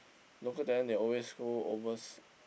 local talent they always go overs~